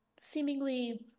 seemingly